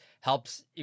helps